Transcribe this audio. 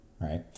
right